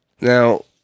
Now